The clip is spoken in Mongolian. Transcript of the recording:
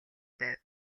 байв